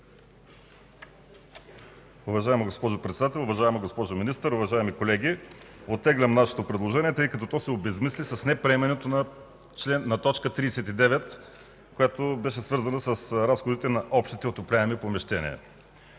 Уважаема госпожо Председател, уважаема госпожо Министър, уважаеми колеги! Оттеглям нашето предложение, тъй като то се обезсмисли с неприемането на т. 39, която беше свързана с разходите на общите отопляеми помещения.